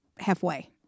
halfway